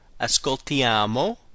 ascoltiamo